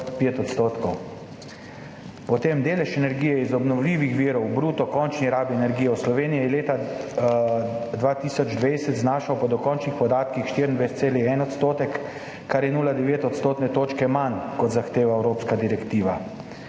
Potem, delež energije iz obnovljivih virov v bruto končni rabi energije. V Sloveniji je leta 2020 znašal po dokončnih podatkih 24,1 %, kar je 0,9 odstotne točke manj, kot zahteva evropska direktiva.